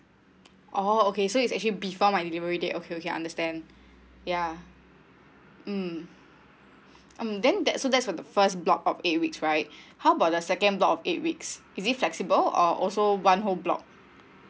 oh okay so is actually before my delivery date okay okay I understand ya mm um then that's so that's for the first block of eight week's right how about the second block of eight weeks is it flexible or also one whole block